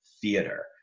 theater